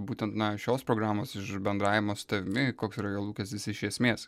būtent na šios programos iš bendravimo su tavimi koks yra jo lūkestis iš esmės